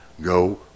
go